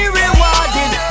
rewarded